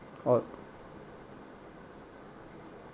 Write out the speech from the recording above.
oh